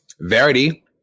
Verity